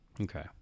Okay